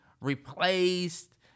replaced